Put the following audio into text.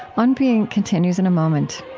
on being continues in a moment